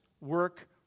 work